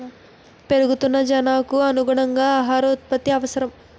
పెరుగుతున్న జనాభాకు అనుగుణంగా ఆహార ఉత్పత్తి అవసరం